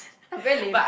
I'm very lame